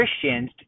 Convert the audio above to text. Christians